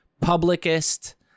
publicist